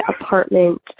apartment